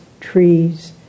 trees